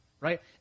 right